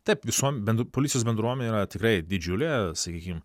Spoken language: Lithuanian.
taip visom ben policijos bendruomenė yra tikrai didžiulė sakykime